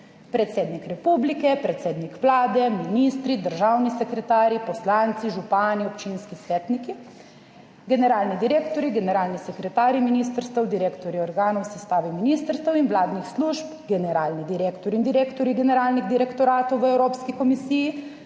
predsednik republike, predsednik vlade, ministri, državni sekretarji, poslanci, župani, občinski svetniki, generalni direktorji, generalni sekretarji ministrstev, direktorji organov v sestavi ministrstev in vladnih služb, generalni direktorji in direktorji generalnih direktoratov v Evropski komisiji,